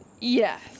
Yes